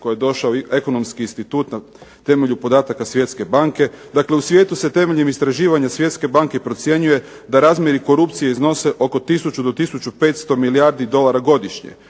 koje je došao Ekonomski institut na temelju podataka Svjetske banke. Dakle, u svijetu se temeljem istraživanja Svjetske banke procjenjuje da razmjeri korupcije iznose oko 1000 do 1500 milijardi dolara godišnje.